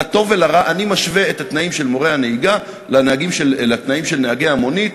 לטוב ולרע: אני משווה את התנאים של מורי הנהיגה לתנאים של נהגי המונית,